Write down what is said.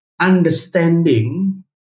understanding